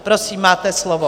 Prosím, máte slovo.